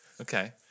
Okay